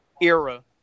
era